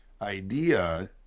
idea